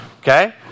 okay